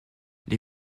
les